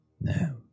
No